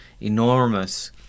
enormous